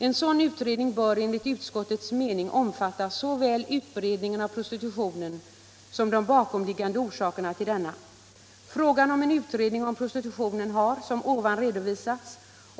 En sådan utredning bör enligt utskottets mening omfatta såvät utbredningen av prostitutionen som de bakomliggande orsukerna till denna. Frågan om en utredning om prostitutionen har. som ovan redovisats.